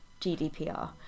GDPR